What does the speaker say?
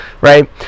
Right